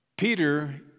Peter